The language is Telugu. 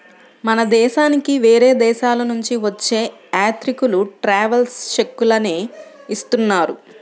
మన దేశానికి వేరే దేశాలనుంచి వచ్చే యాత్రికులు ట్రావెలర్స్ చెక్కులనే ఇస్తున్నారు